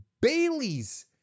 Bailey's